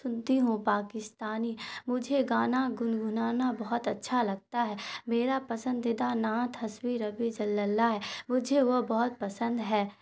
سنتی ہوں پاکستانی مجھے گانا گنگنانا بہت اچھا لگتا ہے میرا پسندیدہ نعت حسبی ربی جل اللہ ہے مجھے وہ بہت پسند ہے